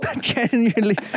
Genuinely